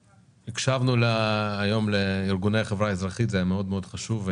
הקשבנו היום לארגוני החברה האזרחית וזה היה מאוד מאוד חשוב.